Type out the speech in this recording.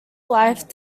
life